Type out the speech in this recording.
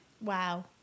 Wow